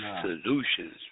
solutions